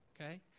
okay